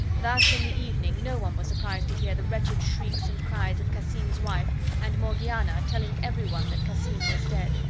thus, in the evening, no one was surprised to hear the wretched shrieks and cries of cassim's wife and morgiana, telling everyone that cassim was dead.